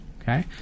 okay